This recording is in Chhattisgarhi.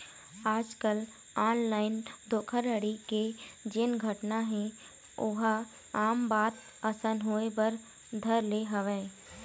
आजकल ऑनलाइन धोखाघड़ी के जेन घटना हे ओहा आम बात असन होय बर धर ले हवय